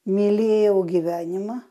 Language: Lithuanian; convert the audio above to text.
mylėjau gyvenimą